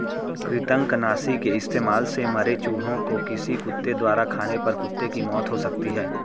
कृतंकनाशी के इस्तेमाल से मरे चूहें को किसी कुत्ते द्वारा खाने पर कुत्ते की मौत हो सकती है